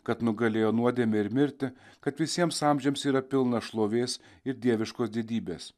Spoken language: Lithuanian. kad nugalėjo nuodėmę ir mirtį kad visiems amžiams yra pilna šlovės ir dieviškos didybės